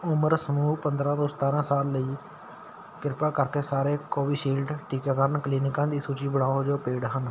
ਉਮਰ ਸਮੂਹ ਪੰਦਰ੍ਹਾਂ ਤੋਂ ਸਤਾਰ੍ਹਾਂ ਸਾਲ ਲਈ ਕਿਰਪਾ ਕਰਕੇ ਸਾਰੇ ਕੋਵਿਸ਼ਿਲਡ ਟੀਕਾਕਰਨ ਕਲੀਨਿਕਾਂ ਦੀ ਸੂਚੀ ਬਣਾਓ ਜੋ ਪੇਡ ਹਨ